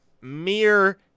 mere